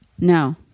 No